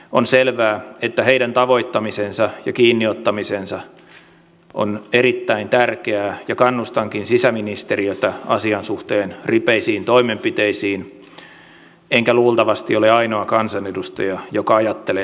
on selvää että heidän tavoittamisensa ja kiinni ottamisensa on erittäin tärkeää ja kannustankin sisäministeriötä asian suhteen ripeisiin toimenpiteisiin enkä luultavasti ole ainoa kansanedustaja joka ajattelee samalla tavalla